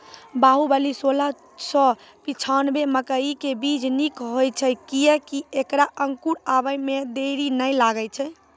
बाहुबली सोलह सौ पिच्छान्यबे मकई के बीज निक होई छै किये की ऐकरा अंकुर आबै मे देरी नैय लागै छै?